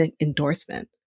endorsement